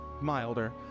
Milder